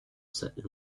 set